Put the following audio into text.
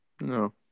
No